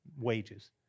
wages